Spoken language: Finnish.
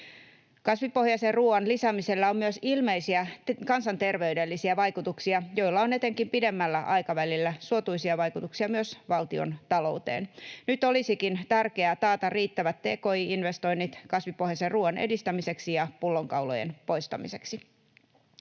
Kasvipohjaisen ruoan lisäämisellä on myös ilmeisiä kansanterveydellisiä vaikutuksia, joilla on etenkin pidemmällä aikavälillä suotuisia vaikutuksia myös valtiontalouteen. Nyt olisikin tärkeää taata riittävät tki-investoinnit kasvipohjaisen ruoan edistämiseksi ja pullonkaulojen poistamiseksi.